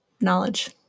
knowledge